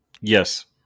Yes